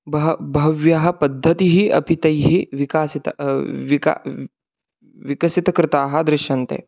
बह बह्व्यः पद्धतिः अपि तैः विकासिताः विक विकसितकृताः दृश्यन्ते